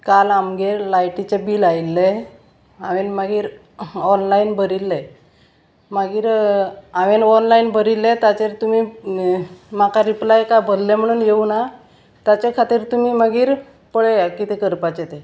काल आमगेर लायटीचें बील आयिल्ले हांवेन मागीर ऑनलायन भरिल्ले मागीर हांवेन ऑनलायन भरिल्ले ताचेर तुमी म्हाका रिप्लाय का भरले म्हणून येवना ताचे खातीर तुमी मागीर पळया कितें करपाचे ते